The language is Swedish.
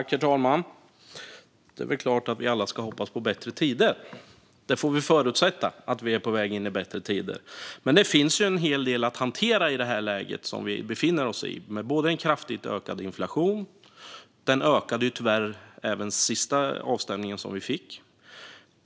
Herr talman! Det är klart att vi alla ska hoppas på bättre tider. Vi får förutsätta att vi är på väg mot bättre tider. Det finns dock en hel del att hantera i det läge vi befinner oss i. Vi har kraftigt ökad inflation. Den ökade tyvärr även i den senaste avstämningen vi fick.